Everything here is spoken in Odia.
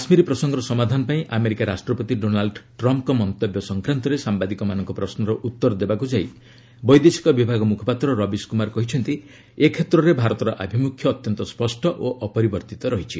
କାଶ୍କୀର ପ୍ରସଙ୍ଗର ସମାଧାନ ପାଇଁ ଆମେରିକା ରାଷ୍ଟ୍ରପତି ଡୋନାଲ୍ଚ ଟ୍ରମ୍ଫ୍ଙ୍କ ମନ୍ତବ୍ୟ ସଂକ୍ରାନ୍ତରେ ସାମ୍ବାଦିକମାନଙ୍କ ପ୍ରଶ୍ନର ଉତ୍ତର ଦେବାକୁ ଯାଇ ବୈଦେଶିକ ବିଭାଗୀ ମୁଖପାତ୍ର ରବିଶ କୁମାର କହିଛନ୍ତି ଏ କ୍ଷେତ୍ରରେ ଭାରତର ଆଭିମୁଖ୍ୟ ଅତ୍ୟନ୍ତ ସ୍ୱଷ୍ଟ ଓ ଅପରିବର୍ତ୍ତ ରହିଛି